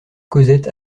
cosette